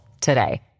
today